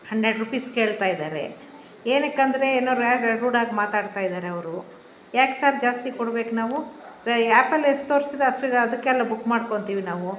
ಹನ್ನೆರಡು ರೂಪೀಸ್ ಕೇಳ್ತಾ ಇದ್ದಾರೆ ಏನಕ್ಕಂದರೆ ಏನೋ ರೂಡ್ ಆಗಿ ಮಾತಾಡ್ತಾ ಇದ್ದಾರವ್ರು ಯಾಕೆ ಸರ್ ಜಾಸ್ತಿ ಕೊಡಬೇಕು ನಾವು ಆ್ಯಪಲ್ಲಿ ಎಷ್ಟು ತೋರಿಸಿದೆ ಅಷ್ಟು ಅದಕ್ಕೆಲ್ಲ ಬುಕ್ ಮಾಡ್ಕೊತೀವಿ ನಾವು